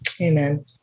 Amen